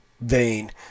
vein